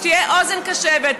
שתהיה אוזן קשבת.